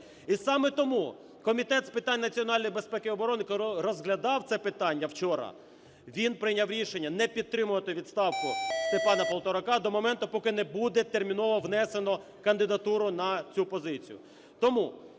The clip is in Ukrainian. І саме тому Комітет з питань національної безпеки і оборони, коли розглядав це питання вчора, він прийняв рішення не підтримувати відставку СтепанаПолторака до моменту, поки не буде терміново внесено кандидатуру на цю позицію.